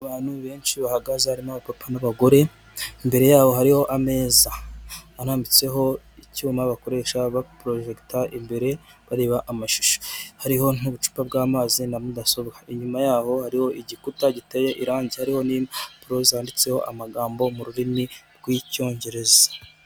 Abantu benshi bahagaze harimo abapapa n'abagore , imbere yaho hari ameza arambitseho icyuma bakoresha baporojegita imbere bareba amashusho, hariho n'ubucupa bw'amazi na mudasobwa, inyuma yaho hariho igikuta giteye irangi hariho n'impapuro zanditseho amagambo mu rurimi rw'icyongereza.